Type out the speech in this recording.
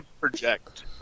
project